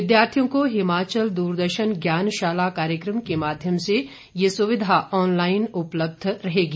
विद्यार्थियों को हिमाचल दूरदर्शन ज्ञानशाला कार्यक्रम के माध्यम से ये सुविधा ऑनलाईन उपलब्ध रहेगी